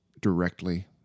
directly